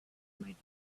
might